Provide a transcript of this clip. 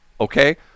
Okay